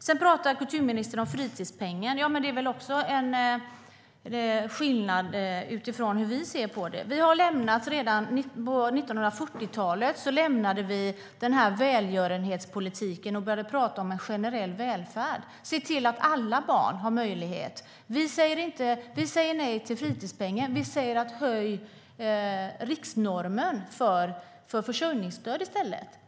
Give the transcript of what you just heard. Sedan talar kulturministern om fritidspengen. Där finns det en skillnad när det gäller hur vi ser på det. Redan på 1940-talet lämnade vi välgörenhetspolitiken och började tala om en generell välfärd. Det handlar om att se till att alla barn har möjlighet. Vi säger nej till fritidspengen. Vi vill att man i stället ska höja riksnormen för försörjningsstöd.